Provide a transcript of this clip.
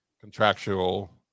contractual